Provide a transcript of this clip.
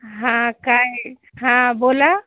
हां काय हां बोला